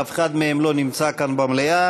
אף אחד מהם לא נמצא כאן במליאה.